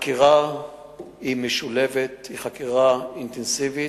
החקירה היא חקירה אינטנסיבית,